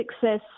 success